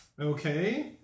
Okay